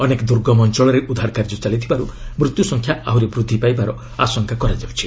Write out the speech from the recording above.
ଅନେକ ଦୁର୍ଗମ ଅଞ୍ଚଳରେ ଉଦ୍ଧାର କାର୍ଯ୍ୟ ଚାଲିଥିବାରୁ ମୃତ୍ୟୁସଂଖ୍ୟା ଆହୁରି ବୃଦ୍ଧି ପାଇବାର ଆଶଙ୍କା କରାଯାଉଛି